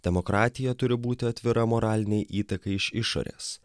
demokratija turi būti atvira moralinei įtakai iš išorės